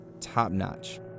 top-notch